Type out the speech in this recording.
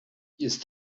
ist